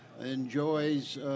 enjoys